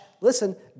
listen